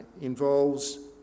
involves